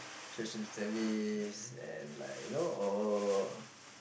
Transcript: social service and like you know or